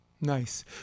Nice